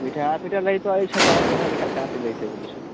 ମିଠା ଫିଠା ଲାଗେ ତ ଆଉଁଛେ ତମର ଦୋକାନେ ବୁଲୁଛୁ